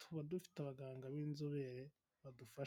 tuba dufite abaganga b'inzobere badufasha.